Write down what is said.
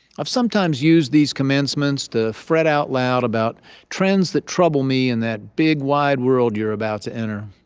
i've sometimes used these commencements to fret out loud about trends that trouble me in that big wide world you're about to enter.